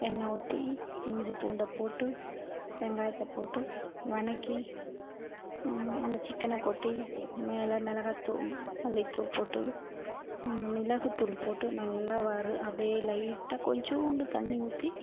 எண்ணெய் ஊற்றி இஞ்சி பூண்டை போட்டு வெங்காயத்தை போட்டு வதக்கி அந்த சிக்கனை கொட்டி மேலே மிளகாத்தூள் மல்லித்தூள் போட்டு மிளகுத்தூள் போட்டு நல்லா வறு அப்படியே லைட்டாக கொஞ்சோண்டு தண்ணி ஊற்றி